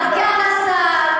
סגן השר,